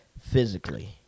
physically